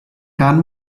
done